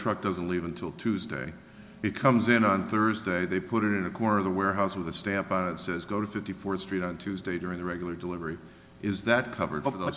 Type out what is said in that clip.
truck doesn't leave until tuesday becomes in on thursday they put it in a corner of the warehouse with a stamp on it says go to fifty fourth street on tuesday during the regular delivery is that cover